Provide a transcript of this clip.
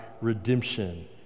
redemption